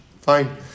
Fine